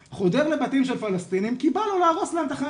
חודר לבתים של פלסטינים כי בא לו להרוס להם את החיים.